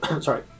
Sorry